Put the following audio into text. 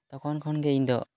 ᱛᱚᱠᱷᱚᱱ ᱠᱷᱚᱱᱜᱮ ᱤᱧ ᱫᱚ